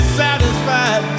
satisfied